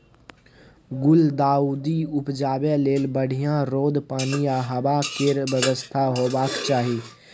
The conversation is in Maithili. गुलदाउदी उपजाबै लेल बढ़ियाँ रौद, पानि आ हबा केर बेबस्था हेबाक चाही